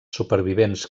supervivents